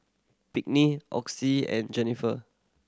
Pinkney Auguste and Jenniffer